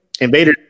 Invader